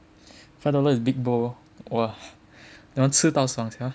five dollars is big bowl !wah! that one 吃到爽 sia